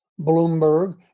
Bloomberg